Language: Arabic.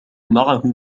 معه